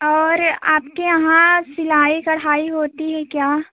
और आपके यहाँ सिलाई कढ़ाई होती है क्या